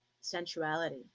sensuality